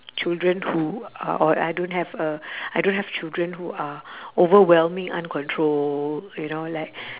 children who are or I don't have a I don't have children who are overwhelming uncontrolled you know like